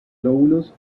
lóbulos